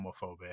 homophobic